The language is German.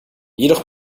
jedoch